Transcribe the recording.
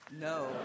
No